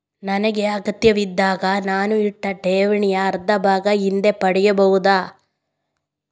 ನನಗೆ ಅಗತ್ಯವಿದ್ದಾಗ ನಾನು ಇಟ್ಟ ಠೇವಣಿಯ ಅರ್ಧಭಾಗ ಹಿಂದೆ ಪಡೆಯಬಹುದಾ?